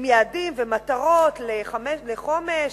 עם יעדים ומטרות, לחומש,